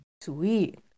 Sweet